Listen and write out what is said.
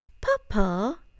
Papa